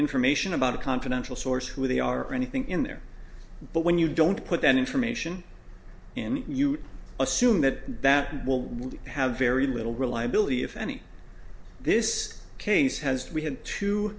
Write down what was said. information about a confidential source who they are or anything in there but when you don't put that information in you assume that that will have very little reliability if any this case has we had to